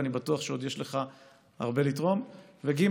אני בטוח שעוד יש לך הרבה לתרום, ג.